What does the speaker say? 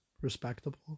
respectable